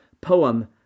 poem